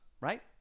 right